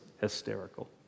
hysterical